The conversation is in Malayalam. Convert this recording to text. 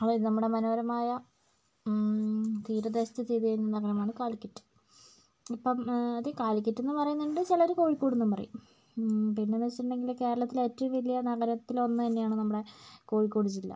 അതായത് നമ്മുടെ മനോഹരമായ തീരദേശത്ത് സ്ഥിതി ചെയ്യുന്ന നഗരമാണ് കാലിക്കറ്റ് ഇപ്പം കാലിക്കറ്റെന്ന് പറയുന്നുണ്ട് ചെലര് കോഴിക്കോടെന്നും പറയും പിന്നെ എന്ന് വച്ചിട്ടുണ്ടെങ്കില് കേരളത്തിലെ ഏറ്റവും വലിയ നഗരത്തിലൊന്ന് തന്നെയാണ് നമ്മടെ കോഴിക്കോട് ജില്ല